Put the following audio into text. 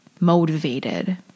motivated